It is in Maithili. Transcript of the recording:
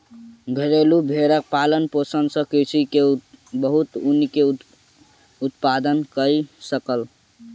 घरेलु भेड़क पालन पोषण सॅ कृषक के बहुत ऊन के उत्पादन कय सकल